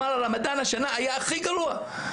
הרמדאן השנה היה הכי גרוע.